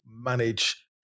manage